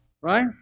Right